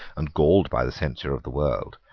and galled by the censure of the world,